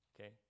okay